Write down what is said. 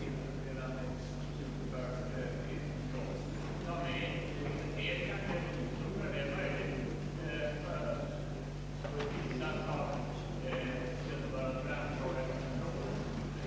Jag talade om resegarantinämnden som har att ta ställning till när pengarna skall utanordnas.